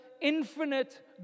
infinite